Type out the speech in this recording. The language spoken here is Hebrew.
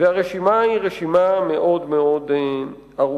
והרשימה היא רשימה מאוד ארוכה.